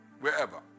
Wherever